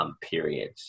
period